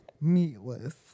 meatless